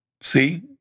see